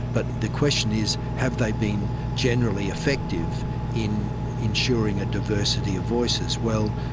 but the question is have they been generally effective in ensuring a diversity of voices? well,